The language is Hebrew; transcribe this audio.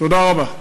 תודה רבה.